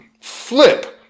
flip